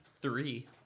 Three